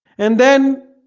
and then